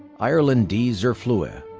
irelynn dee zurflueh.